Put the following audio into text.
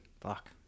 fuck